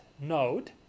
node